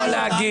הוא יכול להגיב.